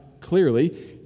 clearly